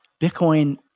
Bitcoin